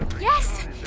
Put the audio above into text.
Yes